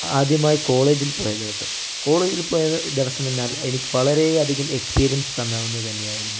ആദ്യമായി കോളേജിൽ പോയ ദിവസം കോളേജിൽ പോയ ദിവസമെന്നാൽ എനിക്ക് വളരെയധികം എക്സ്പീരിയൻസ് തന്ന ഒന്നു തന്നെയായിരുന്നു